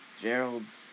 Gerald's